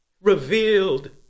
revealed